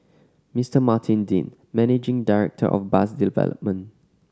Mister Martin Dean managing director of bus development